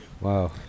Wow